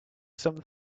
some